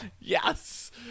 Yes